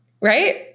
right